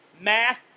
math